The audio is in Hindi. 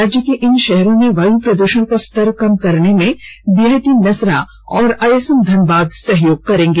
राज्य के इन शहरों में वायु प्रदृषण का स्तर कम करने में बीआईटी मेसरा और आईएसएम धनबाद सहयोग करेगा